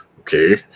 Okay